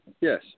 Yes